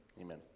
Amen